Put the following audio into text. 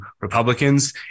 Republicans